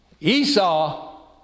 Esau